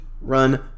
run